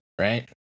right